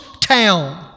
town